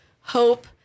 hope